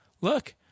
look